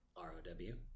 R-O-W